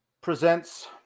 presents